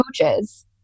coaches